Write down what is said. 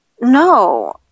No